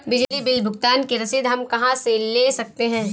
बिजली बिल भुगतान की रसीद हम कहां से ले सकते हैं?